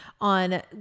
on